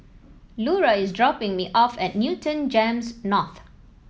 Lura is dropping me off at Newton Gems North